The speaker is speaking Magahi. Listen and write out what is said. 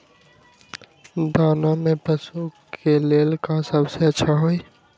दाना में पशु के ले का सबसे अच्छा होई?